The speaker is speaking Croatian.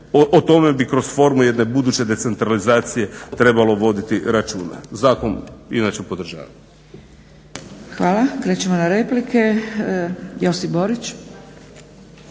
o tome bi kroz formulu jedne buduće decentralizacije trebalo vodit računa. Zakon inače podržavamo. **Zgrebec, Dragica (SDP)** Hvala. Krećemo na replike, Josip Borić.